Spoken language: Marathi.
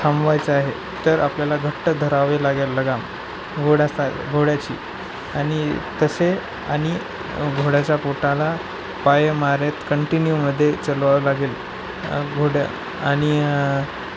थांबवायचं आहे तर आपल्याला घट्ट धरावे लागेल लगाम घोडासा घोड्याची आणि तसे आणि घोड्याच्या पोटाला पाय मारण्यात कंटिन्यूमध्ये चालवावं लागेल घोडा आणि